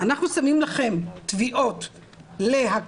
אנחנו שמים לכם תביעות להכרה,